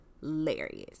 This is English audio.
hilarious